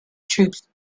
troops